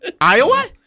Iowa